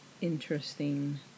interesting